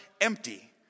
empty